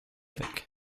weg